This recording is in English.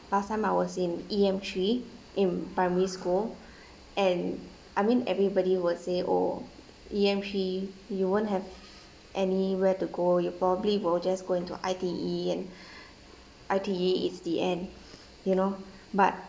last time I was in E_M three in primary school and I mean everybody will say oh E_M three you won't have anywhere to go you probably will just go into I_T_E and I_T_E it's the end you know but